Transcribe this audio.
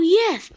yes